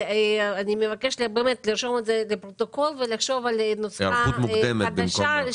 אני מבקשת באמת לרשום את זה בפרוטוקול ולחשוב על נוסחה חדשה,